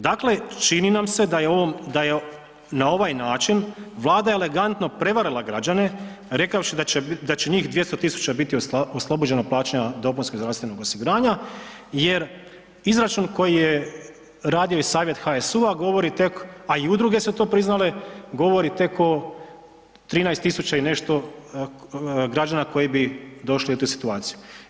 Dakle, čini nam se da je ovom, da je na ovaj način Vlada elegantno prevarila građane rekavši da će njih 200 000 biti oslobođeno plaćanja dopunskog zdravstvenog osiguranja jer izračun koji je radio i Savjet HSU-a govori tek, a i udruge su to priznale, govori tek o 13 000 i nešto građana koji bi došli u tu situaciju.